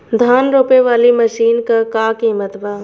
धान रोपे वाली मशीन क का कीमत बा?